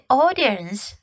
audience